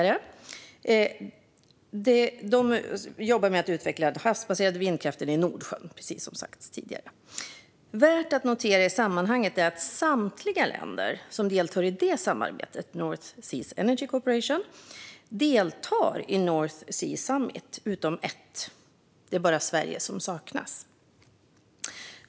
De jobbar som sagt för att utveckla den havsbaserade vindkraften i Nordsjön. Värt att notera i sammanhanget är att samtliga länder som deltar i North Seas Energy Cooperation också deltar i North Sea Summit, utom ett. Det är bara Sverige som saknas.